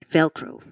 Velcro